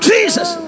Jesus